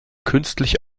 künstlich